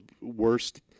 worst